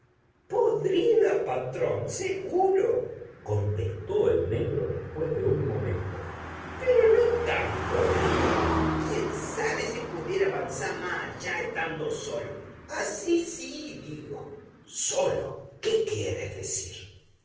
podrida patrón seguro contestó el negro después de un momento pero no tan podrida quién sabe si pudiera vansá má ayá etando solo así sí digo solo qué quieres decir